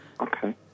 Okay